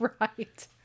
Right